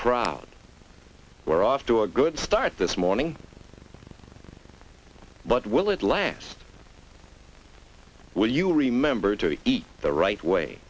proud we're off to a good start this morning but will it last will you remember to eat the right way